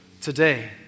today